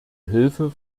hilfe